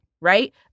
right